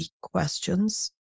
questions